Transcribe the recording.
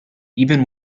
even